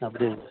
அப்படிங்க